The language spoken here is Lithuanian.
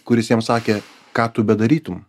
kuris jam sakė ką tu bedarytum